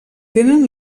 tenen